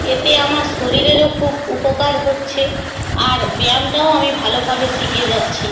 এতে আমার শরীরেরও খুব উপকার হচ্ছে আর ব্যায়ামটাও আমি ভালোভাবে শিখে যাচ্ছি